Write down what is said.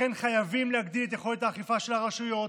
לכן חייבים להגדיל את יכולת האכיפה של הרשויות,